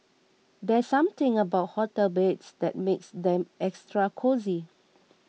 there's something about hotel beds that makes them extra cosy